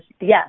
yes